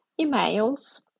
emails